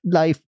life